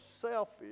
selfish